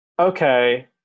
okay